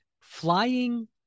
flying